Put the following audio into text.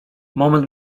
moment